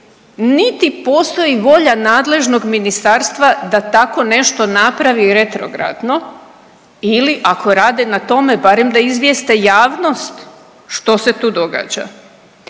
niti postoji volja nadležnog ministarstva da tako nešto napravi retrogradno ili ako rade na tome barem da izvijeste javnost što se tu događa.